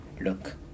look